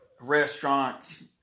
restaurants